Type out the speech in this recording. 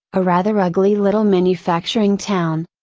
a rather ugly little manufacturing town.